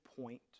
point